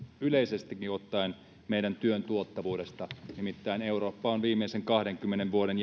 yleisesti ottaen meidän työn tuottavuudesta nimittäin eurooppa on viimeisen kahdenkymmenen vuoden